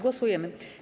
Głosujemy.